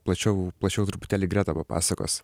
plačiau plačiau truputėlį greta papasakos